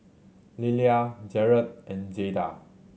Lelia Jarrett and Jayda